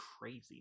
crazy